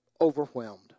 overwhelmed